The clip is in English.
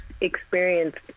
experienced